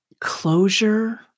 closure